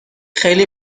خیلی